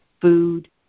food